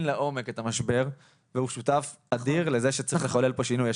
לעומק את המשבר והוא שותף אדיר לזה שצריך לחולל פה שינוי.